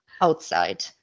outside